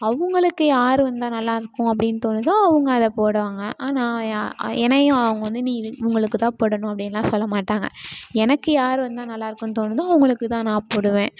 அவங்களுக்கு யார் வந்தால் நல்லா இருக்கும் அப்படின்னு தோணுதோ அவங்க அதை போடுவாங்க ஆனால் யா என்னையும் அவங்க வந்து நீ இவர்களுக்கு தான் போடணும் அப்படின்னுலாம் சொல்ல மாட்டாங்க எனக்கு யார் வந்தால் நல்லாயிருக்குன்னு தோணுதோ அவங்களுக்கு தான் நான் போடுவேன்